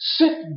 sit